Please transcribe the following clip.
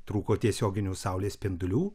trūko tiesioginių saulės spindulių